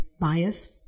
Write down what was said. bias